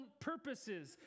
purposes